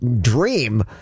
dream